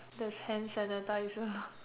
there's hand sanitiser